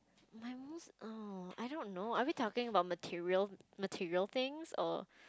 my most oh I don't know are we talking about material material things or